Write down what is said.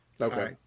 Okay